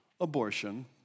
abortion